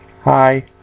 Hi